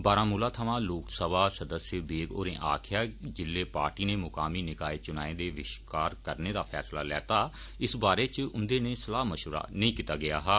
बारामुला थमां लोकसभा सदस्य बेग होरें आक्खेआ जे जिल्लै पार्टी नै मुकामी निकाए चुनाए दे बहिष्कार करने दा फैसला लैता इस बारे च उन्दे नै सलाह सूत्र नेई कीता गेआ हा